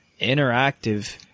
interactive